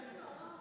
איזה נורא.